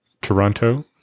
Toronto